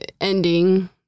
ending